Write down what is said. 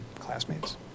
classmates